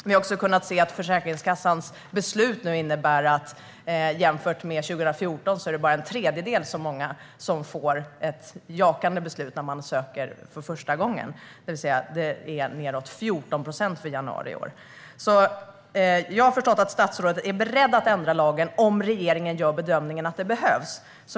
Vi har också kunnat se att Försäkringskassans beslut innebär att det nu bara är en tredjedel så många som under 2014 som får ett jakande beslut när man söker för första gången, det vill säga nedemot 14 procent för januari i år. Jag har förstått att statsrådet är beredd att ändra lagen om regeringen gör bedömningen att det behövs.